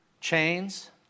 Chains